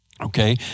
Okay